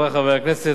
חברי חברי הכנסת,